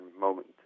moment